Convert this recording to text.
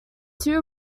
two